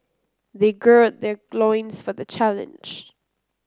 they gird their loins for the challenge